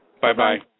Bye-bye